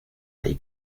hay